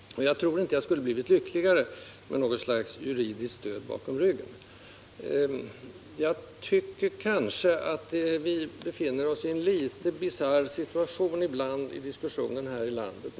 Jag tror inte att jag skulle ha blivit lyckligare av något slags juridiskt stöd. Vi befinner oss måhända ibland i en litet bisarr situation när vi för denna diskussion här i landet.